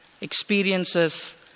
experiences